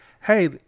Hey